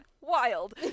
wild